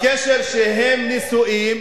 הקשר שהם נשואים,